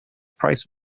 price